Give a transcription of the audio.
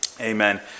Amen